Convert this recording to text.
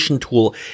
Tool